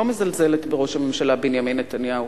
לא מזלזלת בראש הממשלה בנימין נתניהו.